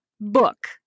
book